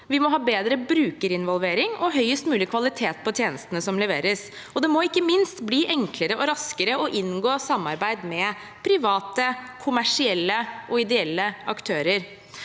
Vi må ha bedre brukerinvolvering og høyest mulig kvalitet på tjenestene som leveres, og det må ikke minst bli enklere og gå raskere å inngå samarbeid med private, kommersielle og